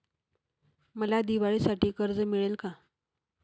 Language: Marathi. मला दिवाळीसाठी कर्ज मिळेल का?